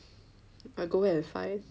I go back at five